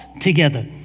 together